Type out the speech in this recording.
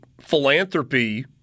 philanthropy